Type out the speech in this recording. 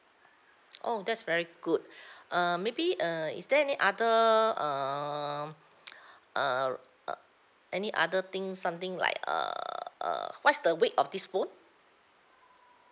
oh that's very good uh maybe uh is there any other err err uh any other things something like err err what is the weight of this phone